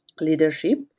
Leadership